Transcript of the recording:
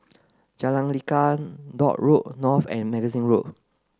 Jalan Lekar Dock Road North and Magazine Road